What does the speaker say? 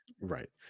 Right